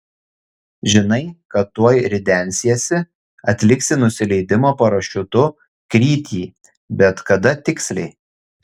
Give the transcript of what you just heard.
žinai kad tuoj ridensiesi atliksi nusileidimo parašiutu krytį bet kada tiksliai